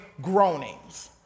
groanings